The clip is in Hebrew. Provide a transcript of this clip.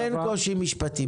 אין קושי משפטי.